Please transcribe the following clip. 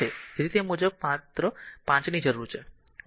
તેથી તે મુજબ માત્ર 5 ની જરૂર છે